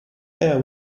air